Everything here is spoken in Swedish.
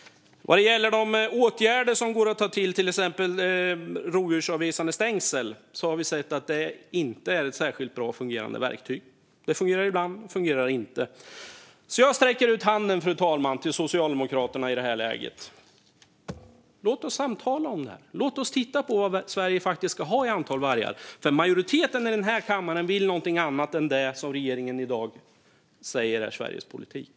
Vad gäller de åtgärder som går att vidta, till exempel rovdjursavvisande stängsel, har vi sett att det inte är ett särskilt bra fungerande verktyg. Det fungerar ibland, ibland inte. Jag sträcker ut handen, fru talman, till Socialdemokraterna i det här läget. Låt oss samtala om detta. Låt oss titta på vilket antal vargar Sverige faktiskt ska ha. Majoriteten i denna kammare vill nämligen någonting annat än det som regeringen i dag säger är Sveriges politik.